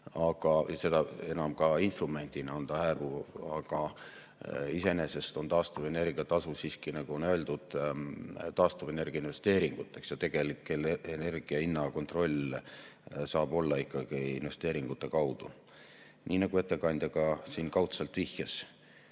Seda enam ka instrumendina on see hääbuv. Aga iseenesest on taastuvenergia tasu siiski, nagu on öeldud, taastuvenergia investeeringuteks ja tegelik energia hinna kontroll saab olla ikkagi investeeringute kaudu. Nii nagu ettekandja ka siin kaudselt vihjas.